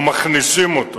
או שמכניסים אותו